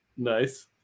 nice